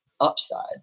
Upside